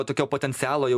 tokio potencialo jau